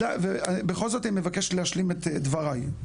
בכל זאת אני מבקש להשלים את דבריי.